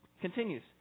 Continues